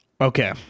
Okay